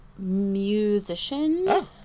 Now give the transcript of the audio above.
musician